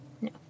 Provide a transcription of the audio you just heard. No